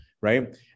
Right